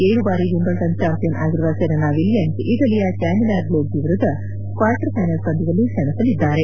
ಏಳು ಬಾರಿ Wimbledon champion ಆಗಿರುವ ಸೆರೆನಾ ವಿಲಿಯಮ್ನ್ ಇಟಲಿಯ ಕ್ಲಾಮಿಲಾ ಗ್ಲೋರ್ಗಿ ವಿರುದ್ದ ಕ್ನಾರ್ಟರ್ ಫೈನಲ್ ಪಂದ್ವದಲ್ಲಿ ಸೆಣಸಲಿದ್ದಾರೆ